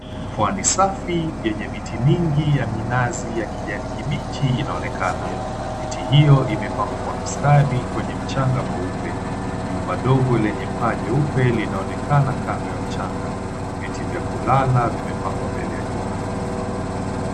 Pwani safi yenye miti mingi ya minazi ya mijani kibichi inaonekana miti hio imepangwa kwenye mchaha mweupe nyumba ndogo yenye paa nyeupe inaonekana kando ya mchanga viti vya kulala vimepangwa mbeleya jumba hilo.